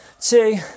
two